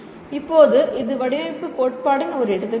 இப்போது இது வடிவமைப்புக் கோட்பாட்டின் ஒரு எடுத்துக்காட்டு